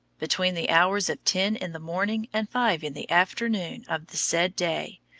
between the hours of ten in the morning and five in the afternoon of the said day,